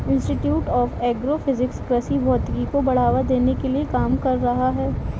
institute of agro physics कृषि भौतिकी को बढ़ावा देने के लिए काम कर रहा है